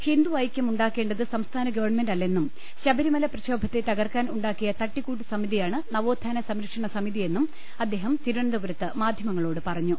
ഹിന്ദു ഐക്യം ഉണ്ടാ ക്കേണ്ടത് സംസ്ഥാന ഗവൺമെന്റ് അല്ലെന്നും ശബരിമല പ്രക്ഷോ ഭത്തെ തകർക്കാൻ ഉണ്ടാക്കിയ തട്ടിക്കൂട്ട് സമിതിയാണ് നവോ ത്ഥാന സംരക്ഷണസമിതിയെന്നും അദ്ദേഹം തിരുവനന്തപുരത്ത് മാധ്യമങ്ങളോട് പറഞ്ഞു